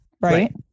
right